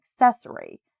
accessory